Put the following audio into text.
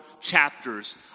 chapters